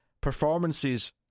performances